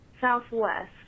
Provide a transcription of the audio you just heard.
Southwest